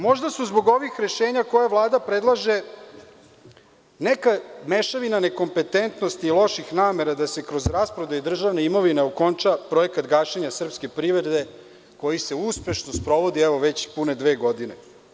Možda su zbog ovih rešenja koja Vlada predlaže, neka mešavina nekompetentnosti i loših namera da se kroz rasprodaju državne imovine okonča projekat gašenja srpske privrede, koji se uspešno sprovodi evo već pune dve godine.